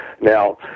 Now